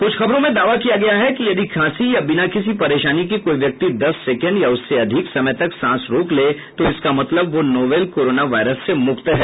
कुछ खबरों में दावा किया गया है कि यदि खांसी या बिना किसी परेशानी के कोई व्यक्ति दस सैकेंड या उससे अधिक समय तक सांस रोक ले तो इसका मतलब वह नोवेल कोरोना वायरस से मुक्त है